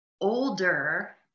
older